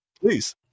please